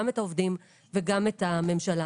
גם את העובדים וגם את הממשלה.